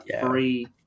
free